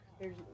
There's-